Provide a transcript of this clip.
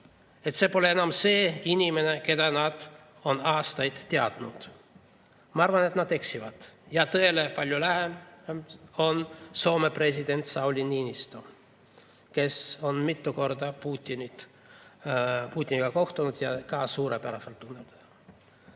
See pole enam see inimene, keda nad on aastaid teadnud. Ma arvan, et nad eksivad. Ja tõele on palju lähemal Soome president Sauli Niinistö, kes on mitu korda Putiniga kohtunud ja teda suurepäraselt tunneb.